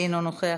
אינו נוכח.